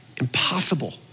impossible